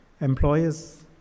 employers